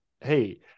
hey